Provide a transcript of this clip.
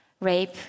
rape